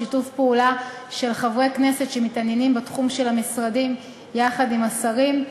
שיתוף הפעולה של חברי כנסת שמתעניינים בתחום של המשרדים יחד עם השרים.